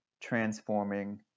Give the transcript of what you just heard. transforming